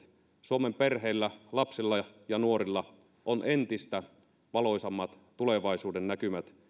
suomen perheillä lapsilla ja nuorilla on entistä valoisammat tulevaisuudennäkymät